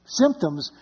symptoms